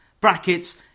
brackets